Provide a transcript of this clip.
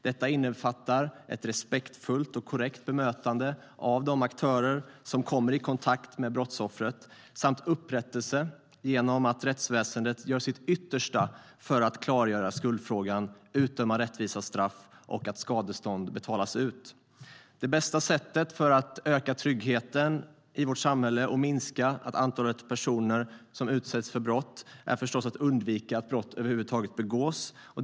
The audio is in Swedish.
Detta innefattar ett respektfullt och korrekt bemötande av de aktörer som kommer i kontakt med brottsoffret samt upprättelse genom att rättsväsendet gör sitt yttersta för att klargöra skuldfrågan, utdöma rättvisa straff och se till att skadestånd betalas ut. Det bästa sättet att öka tryggheten i vårt samhälle och minska antalet personer som utsätts för brott är förstås att förhindra att brott över huvud taget begås.